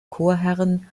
chorherren